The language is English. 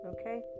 okay